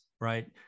right